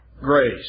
grace